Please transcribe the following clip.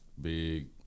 Big